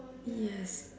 yes